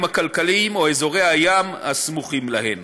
הכלכליים או אזורי הים הסמוכים להן.